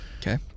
Okay